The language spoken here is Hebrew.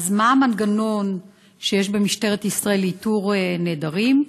שאלותי: 1. מה הוא המנגנון במשטרת ישראל לאיתור נעדרים?